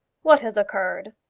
what has occurred?